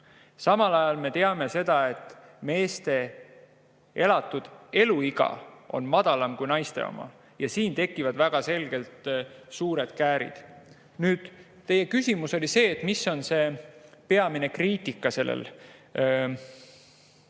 Samal ajal me teame seda, et meeste elatud eluiga on lühem kui naiste oma ja siin tekivad väga selgelt suured käärid. Nüüd, teie küsimus oli, mis on see peamine kriitika,